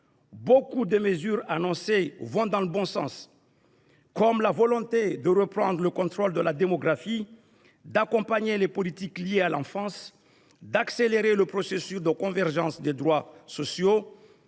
Nombre de mesures annoncées vont dans le bon sens : elles visent notamment à reprendre le contrôle de la démographie, à accompagner les politiques liées à l’enfance, à accélérer le processus de convergence des droits sociaux,